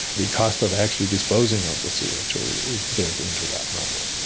the cost of actually disposing of the c o two is built into that number.